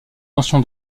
mention